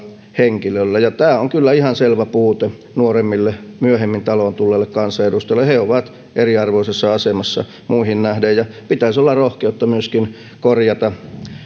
henkilöllä tämä on kyllä ihan selvä puute nuoremmilla myöhemmin taloon tulleilla kansanedustajilla he ovat eriarvoisessa asemassa muihin nähden ja pitäisi olla rohkeutta korjata